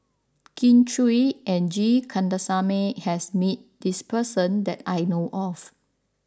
Kin Chui and G Kandasamy has met this person that I know of